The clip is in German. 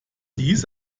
dies